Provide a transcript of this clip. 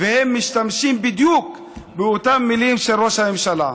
והם משתמשים בדיוק באותן מילים של ראש הממשלה.